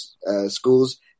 school's